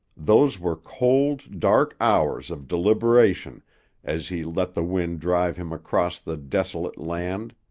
those were cold, dark hours of deliberation as he let the wind drive him across the desolate land.